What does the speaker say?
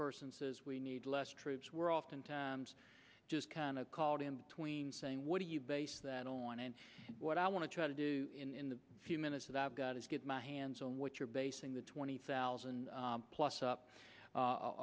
person says we need less troops were oftentimes just kind of caught in between saying what do you base that on and what i want to try to do in the few minutes that i've got is get my hands on what you're basing the twenty thousand plus up u